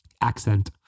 accent